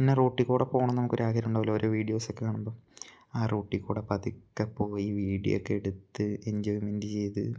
ഇന്ന റോട്ടിക്കൂടെ പോകണം നമുക്ക് ഒരു ആഗ്രഹം ഉണ്ടാവുല്ലോ ഓരോ വീഡിയോസൊക്കെ കാണുമ്പം ആ റൂട്ടിക്കൂടെ പതുക്കെ പോയി വീഡിയോ ഒക്കെ എടുത്ത് എൻജോയ്മെൻറ്റ് ചെയ്ത്